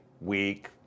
Week